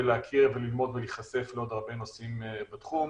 להכיר וללמוד ולהיחשף לעוד הרבה נושאים בתחום.